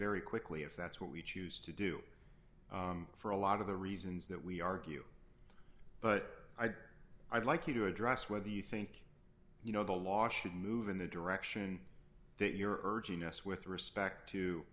very quickly if that's what we choose to do for a lot of the reasons that we argue but i'd like you to address whether you think you know the law should move in the direction that you're urging us with respect to